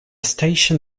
station